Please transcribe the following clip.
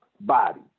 body